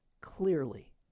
clearly